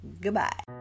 goodbye